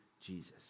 Jesus